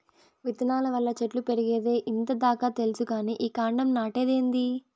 విత్తనాల వల్ల చెట్లు పెరిగేదే ఇంత దాకా తెల్సు కానీ ఈ కాండం నాటేదేందీ